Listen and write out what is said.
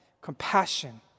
Compassion